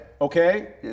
Okay